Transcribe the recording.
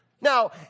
Now